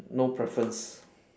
no preference